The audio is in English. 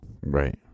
Right